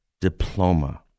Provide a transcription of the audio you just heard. diploma